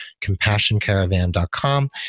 CompassionCaravan.com